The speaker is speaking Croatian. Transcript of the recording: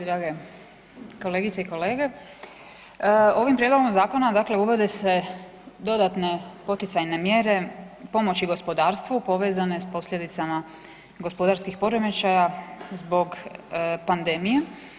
Drage kolegice i kolege, ovim prijedlogom zakona dakle uvode se dodatne poticajne mjere pomoći gospodarstvu povezane s posljedicama gospodarskih poremećaja zbog pandemije.